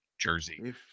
jersey